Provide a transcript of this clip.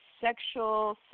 sexual